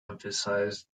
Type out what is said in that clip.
emphasised